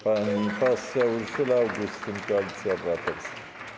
Pani poseł Urszula Augustyn, Koalicja Obywatelska.